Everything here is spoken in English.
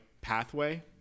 pathway